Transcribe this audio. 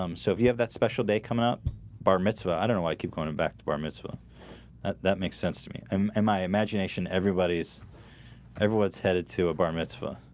um so if you have that special day come up bar mitzvah. i don't know why i keep going and back to bar, mitzvah that makes sense to me. i'm a my imagination everybody's everyone's headed to a bar, mitzvah